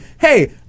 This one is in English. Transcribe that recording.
hey